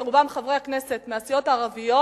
ורובם חברי הכנסת מהסיעות הערביות,